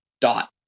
dot